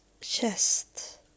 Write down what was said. chest